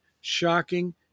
shocking